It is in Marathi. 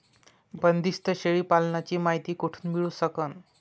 बंदीस्त शेळी पालनाची मायती कुठून मिळू सकन?